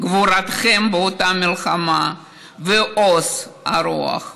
את גבורתכם באותה מלחמה ועוז הרוח,